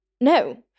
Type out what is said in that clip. no